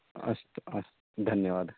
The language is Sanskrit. अस्तु अस्तु धन्यवादः